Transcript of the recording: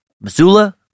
Missoula